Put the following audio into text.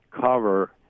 cover